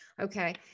Okay